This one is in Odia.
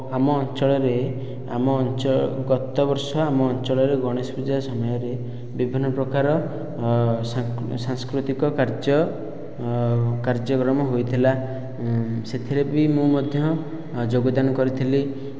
ଆମ ଅଞ୍ଚଳରେ ଆମ ଅଞ୍ଚ ଗତବର୍ଷ ଆମ ଅଞ୍ଚଳରେ ଗଣେଶ ପୂଜା ସମୟରେ ବିଭିନ୍ନ ପ୍ରକାର ସାଂସ୍କୃତିକ କାର୍ଯ୍ୟ କାର୍ଯ୍ୟକ୍ରମ ହୋଇଥିଲା ସେଥିରେ ବି ମୁ ମଧ୍ୟ ଯୋଗଦାନ କରିଥିଲି